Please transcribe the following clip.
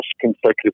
consecutive